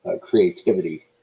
creativity